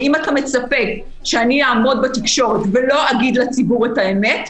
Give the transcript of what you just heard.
ואם אתה מצפה שאני אעמוד בתקשורת ולא אגיד לציבור את האמת,